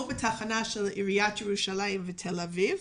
בתחנה של עיריית ירושלים ועיריית תל אביב.